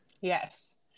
yes